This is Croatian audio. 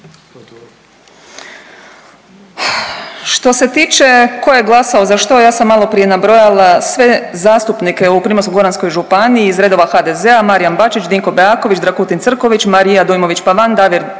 Što se tiče ko je glasao za što ja sam maloprije nabrojala sve zastupnike u Primorsko-goranskoj županiji iz redova HDZ-a Marijan Bačić, Dinko Beaković, Dragutin Crnković, Marija Dujmović-Pavan, Damir Dumančić,